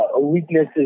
weaknesses